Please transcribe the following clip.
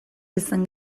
izan